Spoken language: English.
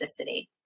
toxicity